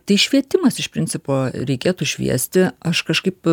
tai švietimas iš principo reikėtų šviesti aš kažkaip